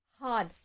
hard